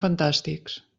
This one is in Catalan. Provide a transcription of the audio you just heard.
fantàstics